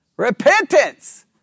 repentance